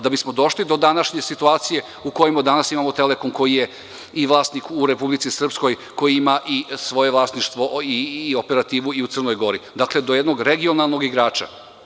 Da bismo došli do današnje situacije u kojoj imamo „Telekom“ koji je i vlasnik u Republici Srpskoj, a koji ima i svoje vlasništvo i operativu i u Crnoj Gori, dakle, do jednog regionalnog igrača.